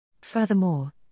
Furthermore